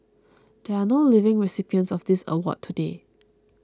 there are no living recipients of this award today